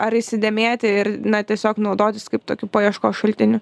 ar įsidėmėti ir na tiesiog naudotis kaip tokiu paieškos šaltiniu